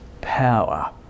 power